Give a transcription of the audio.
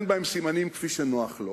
כרצונו ונותן בהן סימנים כפי שנוח לו.